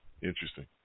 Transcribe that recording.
Interesting